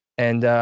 and ah.